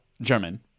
German